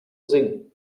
singen